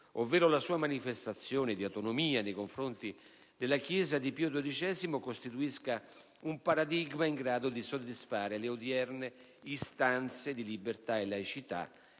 ovvero la sua manifestazione di autonomia nei confronti della Chiesa di Pio XII, costituisca un paradigma in grado di soddisfare le odierne istanze di libertà e laicità,